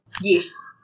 Yes